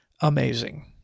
amazing